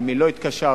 למי לא התקשרת,